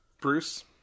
Bruce